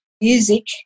music